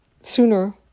sooner